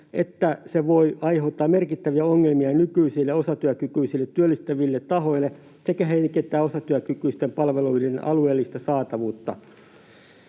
että se voi aiheuttaa merkittäviä ongelmia nykyisille osatyökykyisiä työllistäville tahoille sekä heikentää osatyökykyisten palveluiden alueellista saatavuutta.